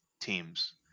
teams